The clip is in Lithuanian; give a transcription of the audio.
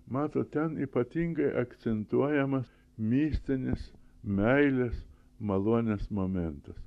matot ten ypatingai akcentuojamas mistinis meilės malonės momentas